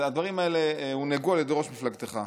הדברים האלה הונהגו על ידי ראש מפלגתך,